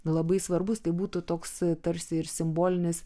labai svarbus tai būtų toks tarsi ir simbolinis